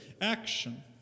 action